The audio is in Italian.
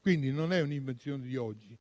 Quindi, non è un'invenzione di oggi.